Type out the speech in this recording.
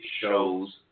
shows